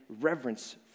reverence